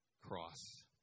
cross